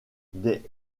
des